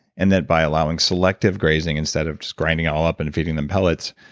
and then by allowing selective grazing instead of just grinding it all up and feeding them pellets,